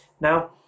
now